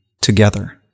together